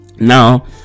now